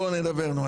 בוא נדבר נו,